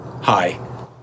Hi